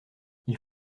ils